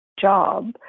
job